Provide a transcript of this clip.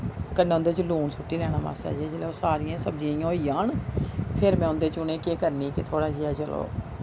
कन्नै उं'दे च लून सुट्टी लैना मासा जिस बेल्लै सारियां सब्जियां इ'यां होई जान फ्ही में उं'दे च उ'नें ई केह् करनी कि थोह्ड़ा जेहा चलो